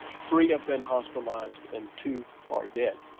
three have been hospitalized and two are dead.